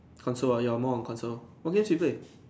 console ah you are more on console what games you play